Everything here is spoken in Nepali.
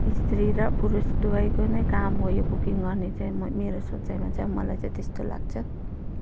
स्त्री र पुरुष दुवैको नै काम हो यो कुकिङ गर्ने चाहिँ म मेरो सोचाइमा चाहिँ अब मलाई चाहिँ त्यस्तो लाक्छ